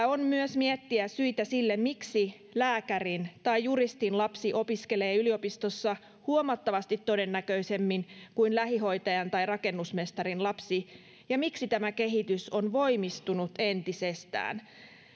on myös miettiä syitä sille miksi lääkärin tai juristin lapsi opiskelee yliopistossa huomattavasti todennäköisemmin kuin lähihoitajan tai rakennusmestarin lapsi ja miksi tämä kehitys on voimistunut entisestään